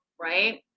right